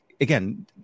again